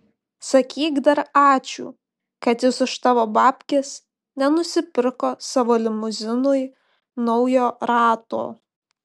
sakyk dar ačiū kad jis už tavo babkes nenusipirko savo limuzinui naujo rato